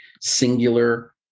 singular